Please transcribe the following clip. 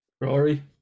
Rory